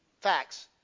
Facts